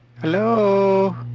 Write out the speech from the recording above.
Hello